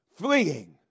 Fleeing